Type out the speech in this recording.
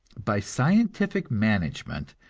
by scientific management,